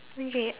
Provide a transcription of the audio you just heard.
okay